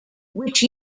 which